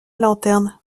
lanterne